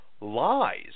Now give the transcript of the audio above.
lies